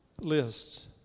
lists